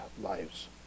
lives